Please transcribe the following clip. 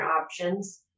options